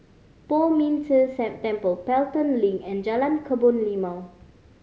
Poh Ming Tse Temple Pelton Link and Jalan Kebun Limau